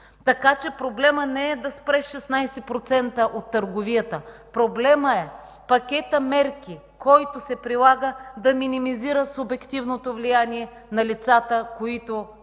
Така че проблемът не е да спреш 16% от търговията. Проблемът е пакетът мерки, който се прилага, да минимизира субективното влияние на лицата, които ще